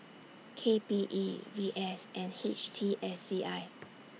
K P E V S and H T S C I